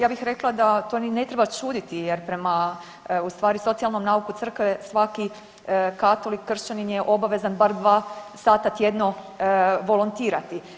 Ja bih rekla da to ni ne treba čuditi jer prema u stvari socijalnom nauku crkve svaki katolik kršćanin je obavezan bar 2 sata tjedno volontirati.